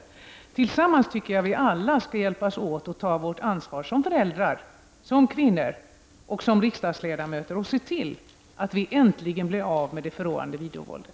Alla tillsammans skall vi, tycker jag, ta vårt ansvar — som föräldrar, som kvinnor och som riksdagsledamöter — och se till att äntligen bli av med det förråande videovåldet.